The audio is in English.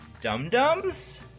Dum-dums